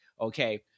Okay